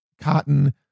cotton